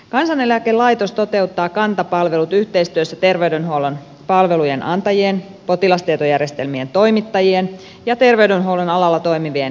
kansaneläkelaitos toteuttaa kanta palvelut yhteistyössä terveydenhuollon palvelujen antajien potilastietojärjestelmien toimittajien ja ter veydenhuollon alalla toimivien viranomaisten kanssa